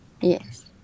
yes